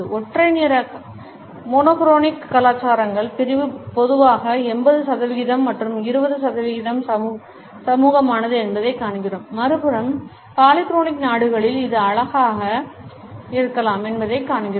ஒற்றை நிற கலாச்சாரங்களில் பிரிவு பொதுவாக 80 சதவிகிதம் மற்றும் 20 சதவிகிதம் சமூகமானது என்பதைக் காண்கிறோம் மறுபுறம் பாலிக்ரோனிக் நாடுகளில் இது அழகாக இருக்கலாம் என்பதைக் காண்கிறோம்